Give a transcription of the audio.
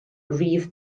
rif